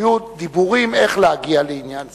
היו דיבורים איך להגיע לעניין זה,